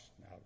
Now